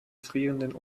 frierenden